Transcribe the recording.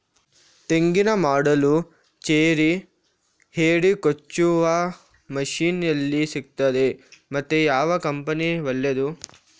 ತೆಂಗಿನ ಮೊಡ್ಲು, ಚೇರಿ, ಹೆಡೆ ಕೊಚ್ಚುವ ಮಷೀನ್ ಎಲ್ಲಿ ಸಿಕ್ತಾದೆ ಮತ್ತೆ ಯಾವ ಕಂಪನಿ ಒಳ್ಳೆದು?